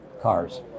cars